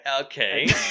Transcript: Okay